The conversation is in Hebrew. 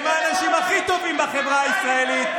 הם האנשים הכי טובים בחברה הישראלית.